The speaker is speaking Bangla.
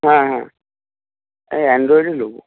হ্যাঁ হ্যাঁ আন্ড্রয়েডই নোবো